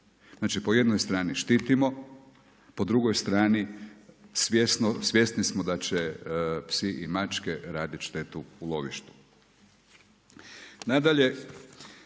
Znači, po jednoj strani štitimo, po drugoj strani svjesni smo da će psi i mačke radit štetu u lovištu.